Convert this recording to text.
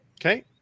Okay